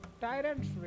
Tyrant's